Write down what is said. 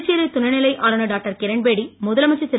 புதுச்சேரி துணை நிலை ஆளுநர் டாக்டர் கிரண்பேடி முதலமைச்சர் திரு